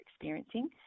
experiencing